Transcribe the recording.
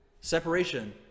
Separation